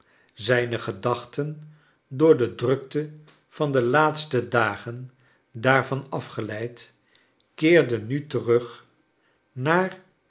zijne gedachten door de drukte van de laatste dagen daarvan afgeleid keerde nu terug naar